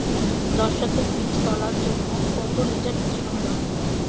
দশ শতক বীজ তলার জন্য কত লিটার মিশ্রন দরকার?